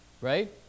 right